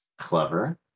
clever